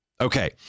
Okay